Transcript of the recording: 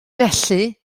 felly